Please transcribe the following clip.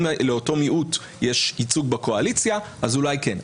אם לאותו מיעוט יש ייצוג בקואליציה, אז אולי כן.